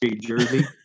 jersey